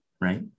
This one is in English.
right